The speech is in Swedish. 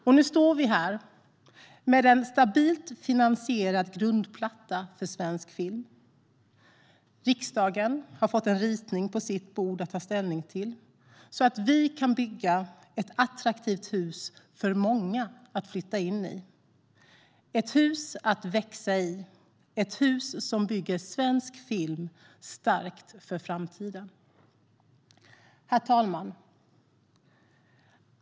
Och nu står vi här med en stabilt finansierad grundplatta för svensk film. Riksdagen har fått en ritning på sitt bord att ta ställning till, så att vi kan bygga ett attraktivt hus för många att flytta in i, ett hus att växa i, ett hus som bygger svensk film stark för framtiden. Herr talman!